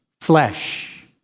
flesh